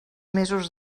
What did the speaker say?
mesos